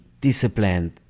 disciplined